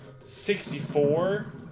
64